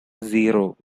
zero